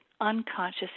unconscious